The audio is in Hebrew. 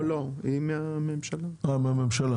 תמר,